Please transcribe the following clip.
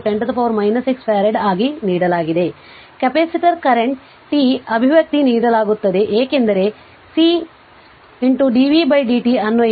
5 10 6 farad ಆಗಿ ನೀಡಲಾಗಿದೆ capacitor current t ಅಭಿವ್ಯಕ್ತಿ ನೀಡಲಾಗುತ್ತದೆ ಏಕೆಂದರೆ C dvdt ಅನ್ವಯಿಸುವ